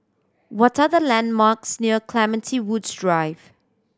what are the landmarks near Clementi Woods Drive